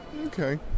Okay